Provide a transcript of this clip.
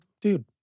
Dude